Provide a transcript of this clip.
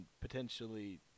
potentially –